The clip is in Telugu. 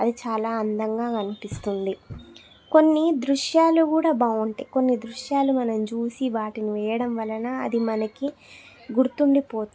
అది చాలా అందంగా కనిపిస్తుంది కొన్ని దృశ్యాలు కూడా బాగుంటాయి కొన్ని దృశ్యాలు మనం చూసి వాటిని వేయడం వలన అది మనకి గుర్తుండిపోతుంది